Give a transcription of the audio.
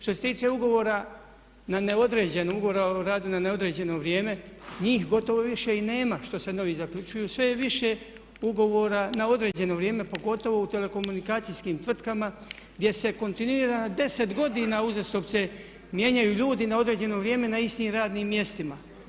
Što se tiče ugovora na neodređeno, ugovora o radu na neodređeno vrijeme njih gotovo više i nema, što se novi zaključuju, sve je više ugovora na određeno vrijeme pogotovo u telekomunikacijskim tvrtkama gdje se kontinuirano 10 godina uzastopce mijenjaju ljudi na određeno vrijeme na istim radnim mjestima.